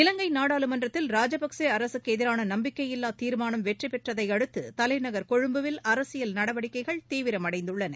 இலங்கை நாடாளுமன்றத்தில் ராஜபக்சே அரசுக்கு எதிரான நம்பிக்கையில்லா தீர்மானம் வெற்றிபெற்றதை அடுத்து தலைநகர் கொழும்புவில் அரசியல் நடவடிக்கைகள் தீவிரமடைந்துள்ளன